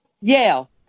yale